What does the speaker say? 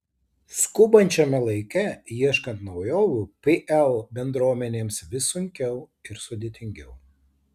skubančiame laike ieškant naujovių pl bendruomenėms vis sunkiau ir sudėtingiau